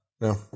No